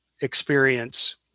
experience